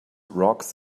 rocks